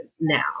now